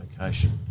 location